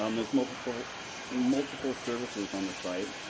um there's multiple multiple services on the site,